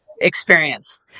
experience